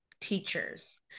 teachers